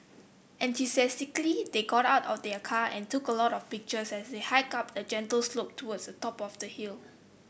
enthusiastically they got out of their car and took a lot of pictures as they hiked up a gentle slope towards the top of the hill